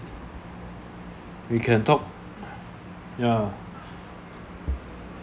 we can talk ya